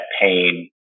pain